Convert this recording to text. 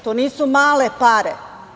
To nisu male pare.